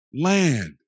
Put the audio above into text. land